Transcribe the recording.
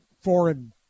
foreign